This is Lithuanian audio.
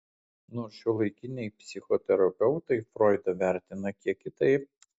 nors šiuolaikiniai psichoterapeutai froidą vertina kiek kitaip